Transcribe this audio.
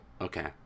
Okay